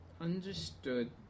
Understood